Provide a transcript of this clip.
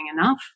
enough